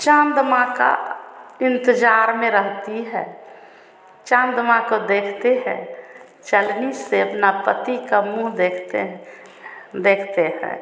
चाँद माँ का इन्तजार में रहती है चाँद माँ को देखती हैं चलनी से अपने पति का मुँह देख देखती हैं देखती हैं